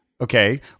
Okay